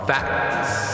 Facts